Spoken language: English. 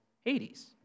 Hades